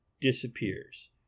disappears